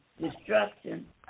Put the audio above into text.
destruction